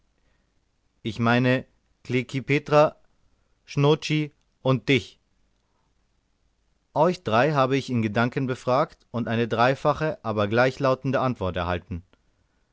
ich meine klekih petra nscho tschi und dich euch drei habe ich in gedanken befragt und eine dreifache aber gleichlautende antwort erhalten